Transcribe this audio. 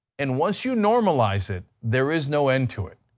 and once you normalize it there is no end to it.